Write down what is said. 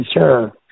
sure